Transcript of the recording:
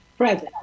Present